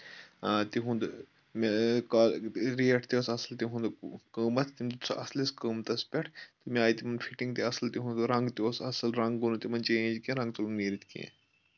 تِہُنٛد ریٹ تہِ اوس اَصٕل تِہُنٛد قۭمَتھ تِم چھِ اَصلِس قۭمتَس پؠٹھ مےٚ آیہِ تِمَن فِٹِنٛگ تہِ اَصٕل تِہُنٛد رنٛگ تہِ اوس اَصٕل رنٛگ گوٚو نہٕ تِمن چینج کینٛہہ رَنٛگ ژوٚل نیٖرِتھ کینٛہہ